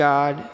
God